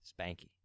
spanky